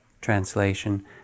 translation